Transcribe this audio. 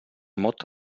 mot